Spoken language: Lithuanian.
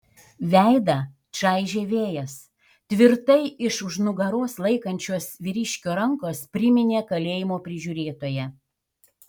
veidą čaižė vėjas tvirtai iš už nugaros laikančios vyriškio rankos priminė kalėjimo prižiūrėtoją